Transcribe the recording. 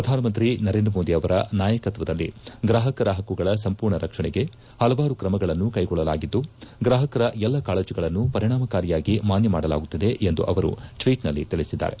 ಪ್ರಧಾನ ಮಂತ್ರಿ ನರೇಂದ್ರ ಮೋದಿ ಅವರ ನಾಯಕತ್ವದಲ್ಲಿ ಗ್ರಾಹಕರ ಹಕ್ಕುಗಳ ಸಂಪೂರ್ಣ ರಕ್ಷಣೆಗೆ ಪಲವಾರು ಕ್ರಮಗಳನ್ನು ಕೈಗೊಳ್ಳಲಾಗಿದ್ದು ಗ್ರಾಪಕರ ಎಲ್ಲ ಕಾಳಜಿಗಳನ್ನು ಪರಿಣಾಮಕಾರಿಯಾಗಿ ಮಾನ್ಯ ಮಾಡಲಾಗುತ್ತಿದೆ ಎಂದು ಅವರು ಟ್ಷೀಟ್ನಲ್ಲಿ ತಿಳಿಸಿದ್ದಾರೆ